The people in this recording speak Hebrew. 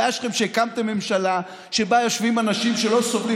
הבעיה שלכם שהקמתם ממשלה שבה יושבים אנשים שלא סובלים